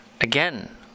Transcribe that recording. again